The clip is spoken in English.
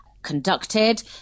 conducted